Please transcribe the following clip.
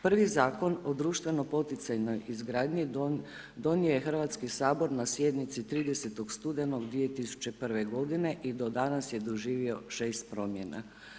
Prvi zakon o društveno poticanoj izgradnji donio je Hrvatski sabor na sjednici 30. studenog 2001. i do danas je doživio 6 promjena.